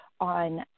on